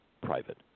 private